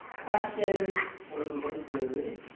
questions, and even food.